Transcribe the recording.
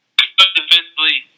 defensively